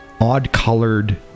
odd-colored